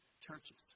churches